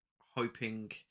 hoping